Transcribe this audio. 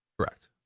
Correct